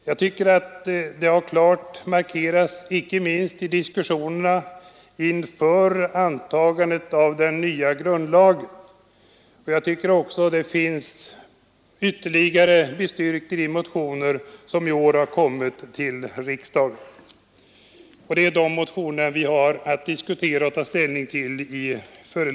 Jag tycker att det klart har markerats i diskussionerna inför antagandet av den nya grundlagen, och det har blivit ytterligare bestyrkt i de motioner som väckts i år. Det är dessa motioner vi här har att ta ställning till.